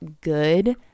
good